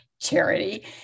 charity